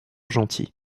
gentil